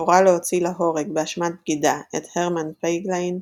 הורה להוציא להורג באשמת בגידה את הרמן פגליין,